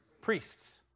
Priests